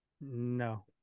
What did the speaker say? No